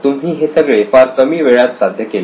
तुम्ही हे सगळे फार कमी वेळात साध्य केले